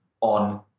on